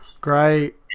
Great